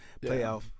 playoff